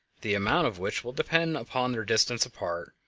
the amount of which will depend upon their distance apart,